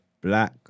black